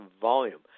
volume